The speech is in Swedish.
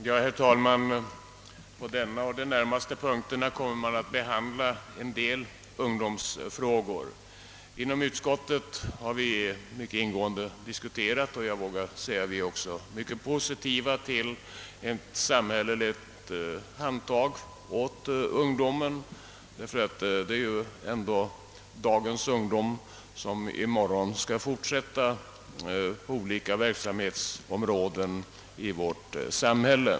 Herr talman! Under denna och de närmaste punkterna kommer en del ungdomsfrågor att behandlas. Inom utskottet har vi mycket ingående diskuterat denna sak, och jag vågar säga att vi ställer oss mycket positiva till ett samhälleligt handtag åt ungdomen — det är ju dagens ungdom som i morgon skall fortsätta vårt arbete på olika verksamhetsområden i vårt samhälle.